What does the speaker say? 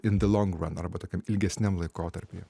in de long ran arba tokiam ilgesniam laikotarpyje